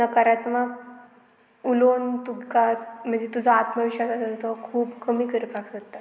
नकारात्मक उलोवन तुका म्हणजे तुजो आत्मविश्वास आसा तो खूब कमी करपाक सोदता